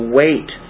wait